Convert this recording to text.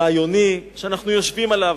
רעיוני שאנחנו יושבים עליו.